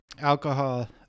alcohol